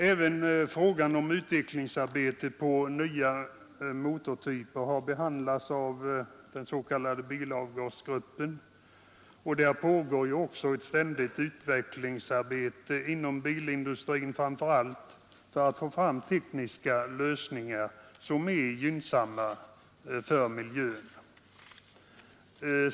Även frågan om utvecklingsarbetet på nya motortyper har behandlats av den s.k. bilavgasgruppen. Där pågår ett ständigt utvecklingsarbete inom bilindustrin, framför allt för att få fram tekniska lösningar som är gynnsamma för miljön.